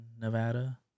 Nevada